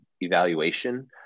evaluation